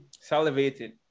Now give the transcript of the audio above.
salivated